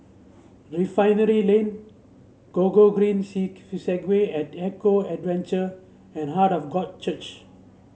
Refinery Lane Go Gogreen Segway at Eco Adventure and Heart of God Church